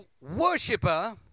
worshiper